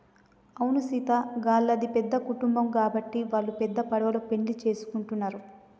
అవును సీత గళ్ళది పెద్ద కుటుంబం గాబట్టి వాల్లు పెద్ద పడవలో పెండ్లి సేసుకుంటున్నరు